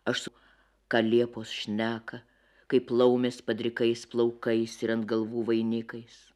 aš ką liepos šneka kaip laumės padrikais plaukais ir ant galvų vainikais